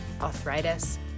arthritis